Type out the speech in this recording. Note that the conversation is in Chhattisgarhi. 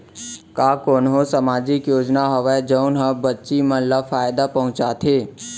का कोनहो सामाजिक योजना हावय जऊन हा बच्ची मन ला फायेदा पहुचाथे?